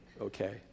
okay